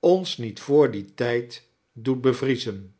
one niet voor dien tijd doet bevriezen